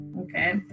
okay